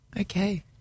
okay